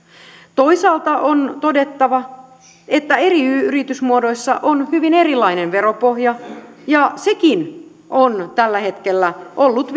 toisaalta on todettava että eri yritysmuodoissa on hyvin erilainen veropohja ja sekin on tällä hetkellä ollut